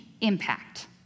impact